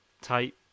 tight